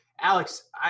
Alex